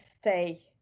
stay